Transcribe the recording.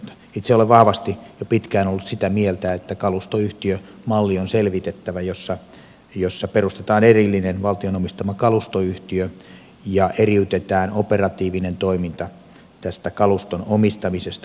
itse olen vahvasti jo pitkään ollut sitä mieltä että on selvitettävä kalustoyhtiömalli jossa perustetaan erillinen valtion omistama kalustoyhtiö ja eriytetään operatiivinen toiminta tästä kaluston omistamisesta